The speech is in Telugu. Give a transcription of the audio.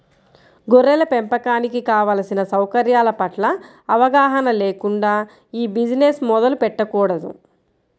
గొర్రెల పెంపకానికి కావలసిన సౌకర్యాల పట్ల అవగాహన లేకుండా ఈ బిజినెస్ మొదలు పెట్టకూడదు